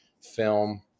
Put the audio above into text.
film